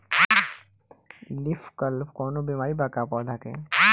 Leaf curl कौनो बीमारी बा का पौधा के?